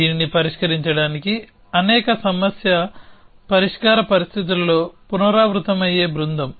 దీనిని పరిష్కరించడానికి అనేక సమస్య పరిష్కార పరిస్థితులలో పునరావృతమయ్యే బృందం